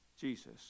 Jesus